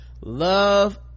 love